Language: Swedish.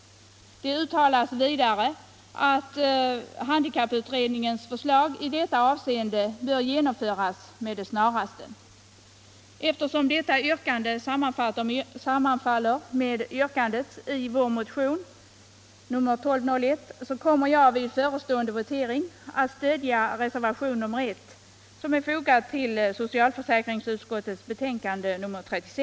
Det uttalas vidare att handikapputredningens förslag i detta avseende bör genomföras med det snaraste.